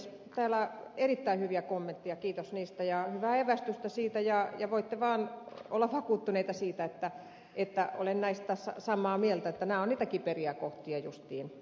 täällä oli erittäin hyviä kommentteja kiitos niistä ja hyvää evästystä ja voitte vaan olla vakuuttuneita siitä että olen samaa mieltä että nämä ovat niitä kiperiä kohtia justiin